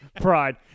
Pride